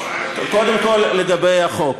קודם כול, לגבי החוק.